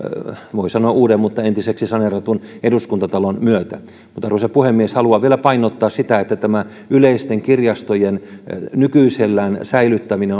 voi sanoa uuden mutta entiseksi saneeratun eduskuntatalon myötä arvoisa puhemies haluan vielä painottaa sitä että tämä yleisten kirjastojen nykyisellään säilyttäminen